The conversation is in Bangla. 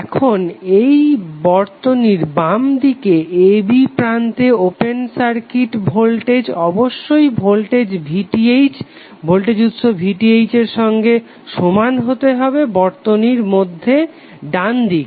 এখন এই বর্তনীর বাম দিকে a b প্রান্তে ওপেন সার্কিট ভোল্টেজ অবশ্যই ভোল্টেজ উৎস VTh এর সঙ্গে সমান হতে হবে বর্তনীর মধ্যে ডান দিকে